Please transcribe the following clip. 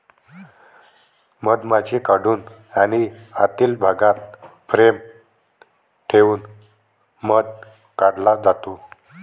मधमाशी काढून आणि आतील भागात फ्रेम ठेवून मध काढला जातो